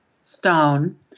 stone